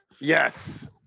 Yes